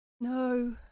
No